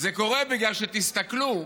בגלל שתסתכלו,